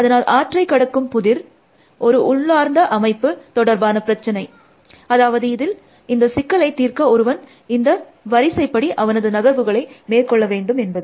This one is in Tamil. அதனால் ஆற்றை கடக்கும் புதிர் ஒரு உள்ளார்ந்த அமைப்பு தொடர்பான பிரச்சசினை அதாவது இதில் இந்த சிக்கலை தீர்க்க ஒருவன் இந்த வரிசைப்படி அவனது நகர்வுகளை மேற்கொள்ள வேண்டும் என்பது